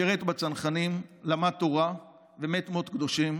שירת בצנחנים, למד תורה ומת מות קדושים